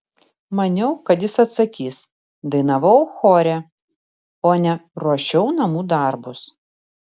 maniau kad jis atsakys dainavau chore o ne ruošiau namų darbus